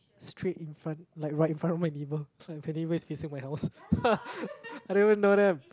straight in front like right in front of my neighbour so I facing my house I don't even know them